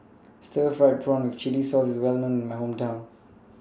Stir Fried Prawn with Chili Sauce IS Well known in My Hometown